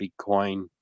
Bitcoin